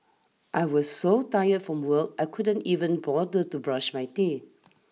I was so tired from work I couldn't even bother to brush my teeth